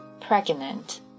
pregnant